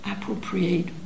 appropriate